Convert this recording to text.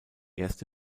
erste